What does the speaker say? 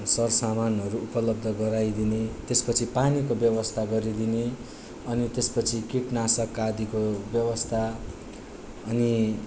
सरसामानहरू उपलब्ध गराइदिने त्यसपछि पानीको व्यवस्था गरिदिने अनि त्यसपछि किटनाशक आदिको व्यवस्था अनि